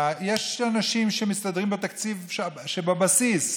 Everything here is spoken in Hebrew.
יש אנשים שמסתדרים בתקציב שבבסיס,